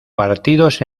partidos